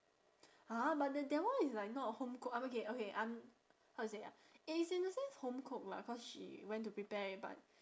ah but that that one is like not a home cooked um okay okay I'm how to say ah it's in a sense home cooked lah cause she went to prepare it but